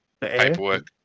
paperwork